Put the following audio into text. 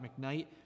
McKnight